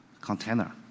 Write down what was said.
container